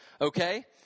okay